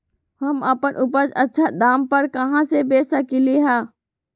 हम अपन उपज अच्छा दाम पर कहाँ बेच सकीले ह?